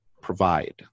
provide